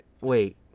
Wait